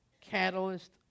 catalyst